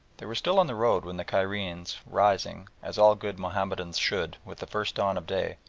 they were still on the road when the cairenes rising, as all good mahomedans should, with the first dawn of day,